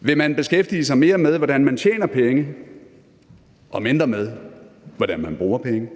Vil man beskæftige sig mere med, hvordan man tjener penge, og mindre med, hvordan man bruger penge?